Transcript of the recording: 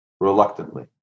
reluctantly